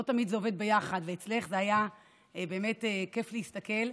לא תמיד זה עובד ביחד, ואצלך היה כיף להסתכל.